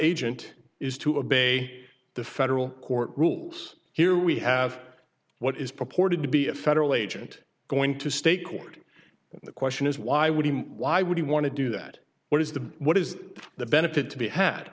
agent is to a bay the federal court rules here we have what is purported to be a federal agent going to state court the question is why would he why would he want to do that what is the what is the benefit to be had